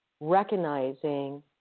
recognizing